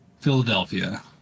Philadelphia